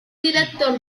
director